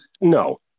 no